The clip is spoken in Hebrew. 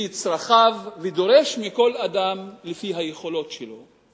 לפי צרכיו ודורשים מכל אדם לפי היכולות שלו,